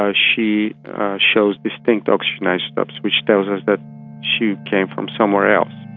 ah she shows distinct oxygen isotopes, which tells us that she came from somewhere else.